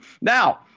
Now